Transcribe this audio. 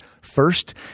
first